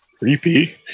creepy